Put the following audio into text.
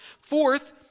Fourth